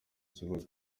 kibuga